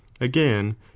again